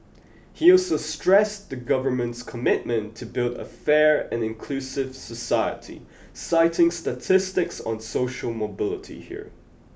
he also stressed the Government's commitment to build a fair and inclusive society citing statistics on social mobility here